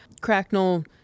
Cracknell